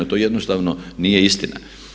To jednostavno nije istina.